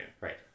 Right